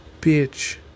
bitch